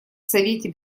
совете